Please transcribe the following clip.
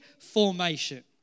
formation